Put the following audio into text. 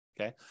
okay